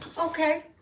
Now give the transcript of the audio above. Okay